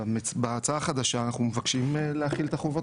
בהצעה החדשה אנחנו מבקשים להחיל את החובות